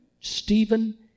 Stephen